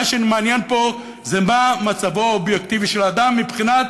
מה שמעניין פה זה מה מצבו האובייקטיבי של האדם מבחינת